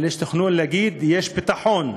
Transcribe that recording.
אבל יש תכנון להגיד: יש ביטחון.